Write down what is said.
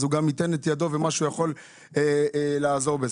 אז הוא גם ייתן את ידו ומה שהוא יכול לעזור בזה.